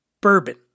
bourbon